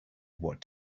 what